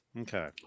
Okay